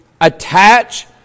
attach